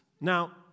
Now